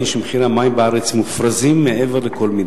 שמחירי המים בארץ מופרזים מעבר לכל מידה.